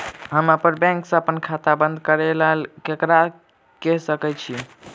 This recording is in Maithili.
हम अप्पन बैंक सऽ अप्पन खाता बंद करै ला ककरा केह सकाई छी?